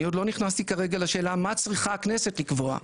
אני עוד לא נכנסתי כרגע לשאלה מה צריכה הכנסת לקבוע,